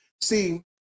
See